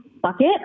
bucket